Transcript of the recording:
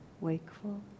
wakeful